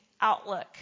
outlook